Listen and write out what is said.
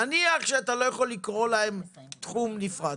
נניח שאתה לא יכול להגדיר אותם כתחום נפרד,